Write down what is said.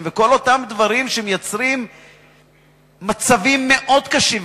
וכל אותם דברים שמייצרים מצבים מאוד קשים,